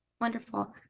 Wonderful